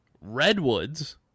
Redwoods